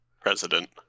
president